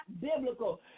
biblical